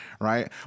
right